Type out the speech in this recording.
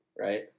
Right